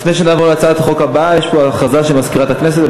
לפני שנעבור להצעת החוק הבאה יש פה הודעה למזכירת הכנסת.